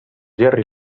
jerry